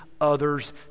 others